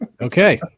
okay